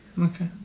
Okay